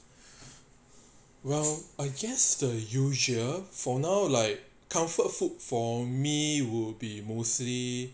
well I guess the usual for now like comfort food for me would be mostly